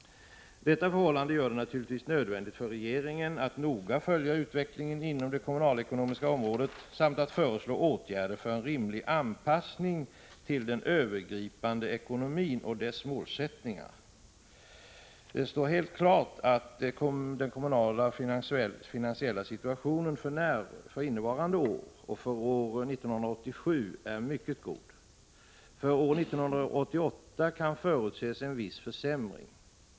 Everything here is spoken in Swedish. Detta förhållande gör det naturligtvis nödvändigt för regeringen att noga följa utvecklingen inom det kommunalekonomiska området samt att föreslå åtgärder för en rimlig anpassning till den övergripande ekonomin och dess målsättningar. Det står helt klart att den kommunala finansiella situationen för innevarande år och för år 1987 är mycket god. För år 1988 kan förutses en viss försämring.